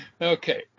Okay